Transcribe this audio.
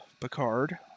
picard